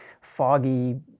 foggy